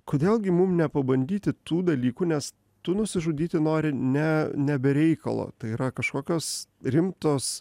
kodėl gi mum nepabandyti tų dalykų nes tu nusižudyti nori ne ne be reikalo tai yra kažkokios rimtos